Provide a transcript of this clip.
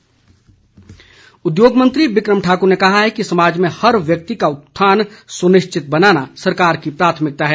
बि क्र म ठाकुर उद्योग मंत्री बि क्रम ठाकुर ने कहा है कि समाज में हर व्यक्ति का उत्थान सुनिश्चित बनाना सरकार की प्राथमिकता है